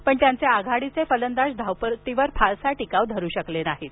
पण त्यांचे आघाडीचे फलंदाज धावपट्टीवर फारसा टिकाव धरू शकले नाहीत